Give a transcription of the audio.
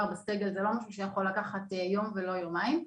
בסגל זה לא משהו שיכול לקחת יום ולא יומיים.